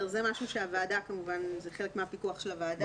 זה חלק מן הפיקוח של הוועדה,